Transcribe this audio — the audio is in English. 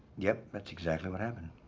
yep, that's exactly what happened.